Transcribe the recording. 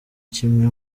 kimwe